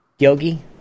yogi